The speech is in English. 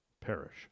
perish